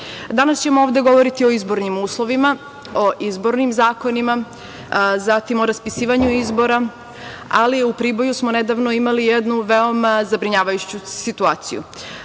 Danas ćemo ovde govoriti o izbornim uslovima, o izbornim zakonima, o raspisivanju izbora. U Priboju smo nedavno imali jednu veoma zabrinjavajuću situaciju.